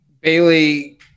Bailey